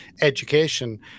education